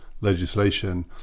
legislation